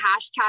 hashtag